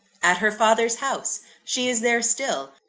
at her father's house she is there still.